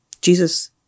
Jesus